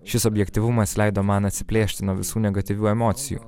šis objektyvumas leido man atsiplėšti nuo visų negatyvių emocijų